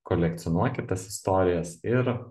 kolekcionuokit tas istorijas ir